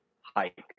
hike